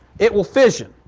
it will fission.